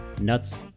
nuts